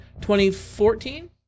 2014